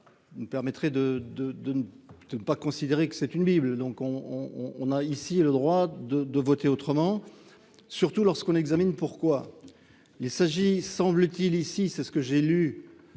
de, de, de, de ne pas considérer que c'est une bible, donc on on a ici et le droit de voter autrement, surtout lorsqu'on examine pourquoi il s'agit, semble-t-il, ici, c'est ce que j'ai lu